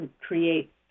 create